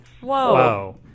Whoa